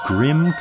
Grim